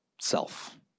self